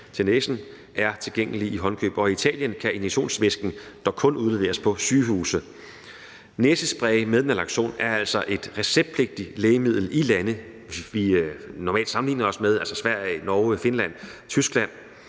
næsen, er tilgængelig i håndkøb; i Italien kan injektionsvæsken dog kun udleveres på sygehuse. Næsespray med naloxon er altså et receptpligtigt lægemiddel i lande, vi normalt sammenligner os med, altså Sverige, Norge, Finland, Tyskland.